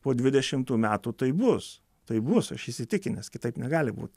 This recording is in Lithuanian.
po dvidešimtų metų taip bus tai bus aš įsitikinęs kitaip negali būt